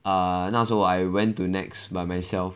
err 那时候我还 I went to nex by myself